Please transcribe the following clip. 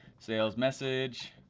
sales message,